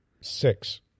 Six